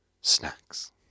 snacks